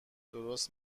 درست